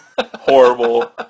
Horrible